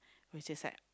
which is at